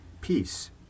peace